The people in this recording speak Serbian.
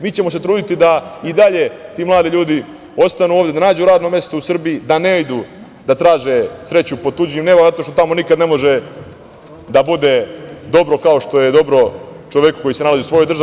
Mi ćemo se truditi da i dalje ti mladi ljudi ostanu ovde, da nađu radno mesto u Srbiji, da ne idu da traže sreću pod tuđim nebom zato što tamo nikad ne može da bude dobro kao što je dobro čoveku koji se nalazi u svojoj državi.